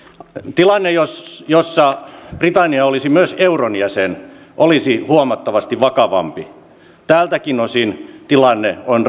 tilanne jossa britannia olisi myös euron jäsen olisi huomattavasti vakavampi tältäkin osin tilanne on